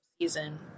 season